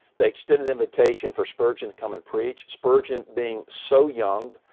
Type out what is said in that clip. they extend an invitation for spurgeon to come and preach. spurgeon being so young,